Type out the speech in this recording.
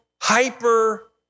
hyper